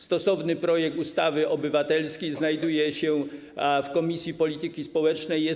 Stosowny projekt ustawy obywatelskiej znajduje się w Komisji Polityki Społecznej i Rodziny.